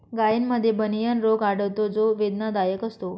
गायींमध्ये बनियन रोग आढळतो जो वेदनादायक असतो